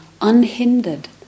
unhindered